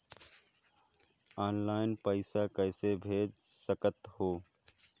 Online पइसा कइसे भेज सकत हो?